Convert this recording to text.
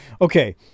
Okay